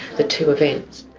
the two events.